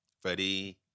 Freddie